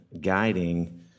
guiding